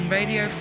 Radio